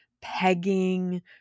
pegging